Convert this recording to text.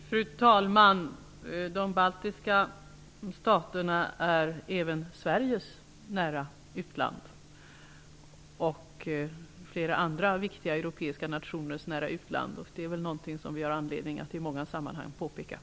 Fru talman! De baltiska staterna är även Sveriges och flera andra viktiga europeiska nationers nära utland. Det är någonting som vi har anledning att påpeka i många sammanhang.